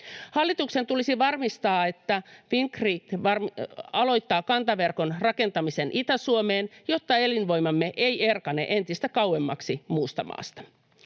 Hallituksen tulisi varmistaa, että Fingrid aloittaa kantaverkon rakentamisen Itä-Suomeen, jotta elinvoimamme ei erkane entistä kauemmaksi muusta maasta.